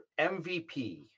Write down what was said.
mvp